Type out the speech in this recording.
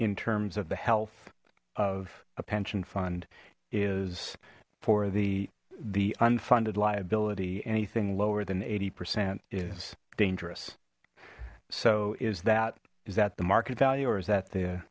in terms of the health of a pension fund is for the the unfunded liability anything lower than eighty percent is dangerous so is that is that the market value or is that the